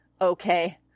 Okay